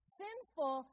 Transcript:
sinful